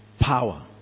power